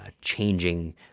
changing